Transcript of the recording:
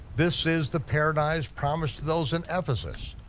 this is the paradise promised to those in ephesus,